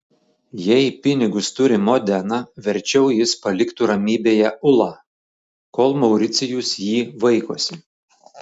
jei pinigus turi modena verčiau jis paliktų ramybėje ulą kol mauricijus jį vaikosi